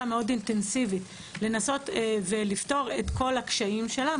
מאוד אינטנסיבית לנסות לפתור את כל הקשיים שלה,